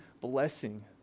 blessing